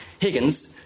Higgins